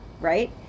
right